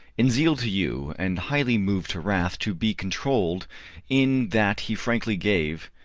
in zeal to you, and highly mov'd to wrath to be controll'd in that he frankly gave.